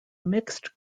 mixed